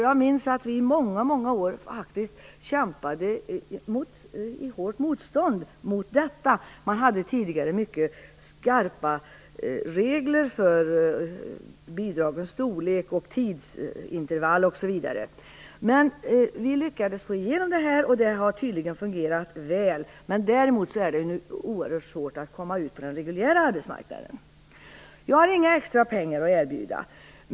Jag minns att vi i många år faktiskt kämpade för detta trots hårt motstånd. Man hade tidigare mycket stränga regler för bidragens storlek, tidsintervall osv. Men vi lyckades få igenom det, och det har tydligen fungerat väl. Däremot är det oerhört svårt att komma ut på den reguljära arbetsmarknaden. Jag har inga extra pengar att erbjuda.